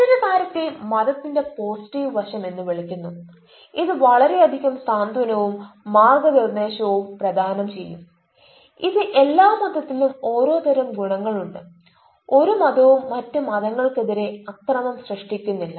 മറ്റൊരു കാര്യത്തെ മതത്തിന്റെ പോസിറ്റീവ് വശം എന്ന് വിളിക്കുന്നു ഇത് വളരെയധികം സാന്ത്വനവും മാർഗ്ഗനിർദ്ദേശവും പ്രദാനം ചെയ്യും ഇത് എല്ലാ മതത്തിനും ഓരോതരം ഗുണങ്ങളുണ്ട് ഒരു മതവും മറ്റ് മതങ്ങൾക്കെതിരെ അക്രമം സൃഷ്ടിക്കുന്നില്ല